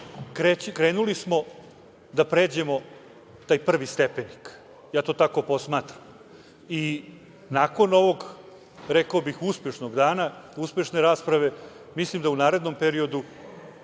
krenuli smo da pređemo taj prvi stepenik. Ja to tako posmatram. Nakon ovog, rekao bih uspešnog dana, uspešne rasprave, mislim da u narednom periodu